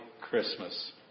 Christmas